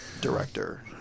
director